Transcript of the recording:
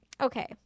Okay